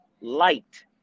light